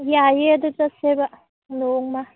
ꯌꯥꯏꯌꯦ ꯑꯗꯨ ꯆꯠꯁꯦꯕ ꯅꯣꯡꯃ